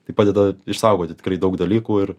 tai padeda išsaugoti tikrai daug dalykų ir